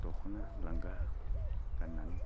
दख'ना लांगा गाननानै